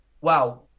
wow